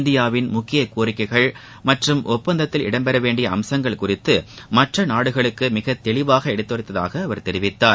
இந்தியாவின் முக்கிய கோரிக்கைகள் மற்றும் ஒப்பந்தத்தில் இடம்பெற வேண்டிய அம்சங்கள் குறித்து மற்ற நாடுகளுக்கு மிகத்தெளிவாக எடுத்துரைத்ததாக அவர் தெரிவித்தார்